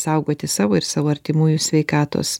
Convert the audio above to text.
saugoti savo ir savo artimųjų sveikatos